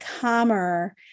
calmer